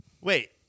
Wait